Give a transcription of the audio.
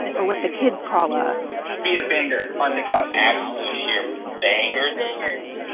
or what the kids call a be a banger on tiktok. absolutely sheer bangers bangers,